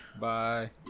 Bye